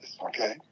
Okay